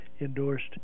endorsed